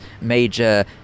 major